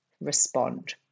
respond